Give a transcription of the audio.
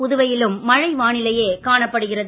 புதுவையிலும் மழை வானிலையே காணப்படுகிறது